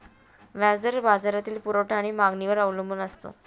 व्याज दर बाजारातील पुरवठा आणि मागणीवर अवलंबून असतो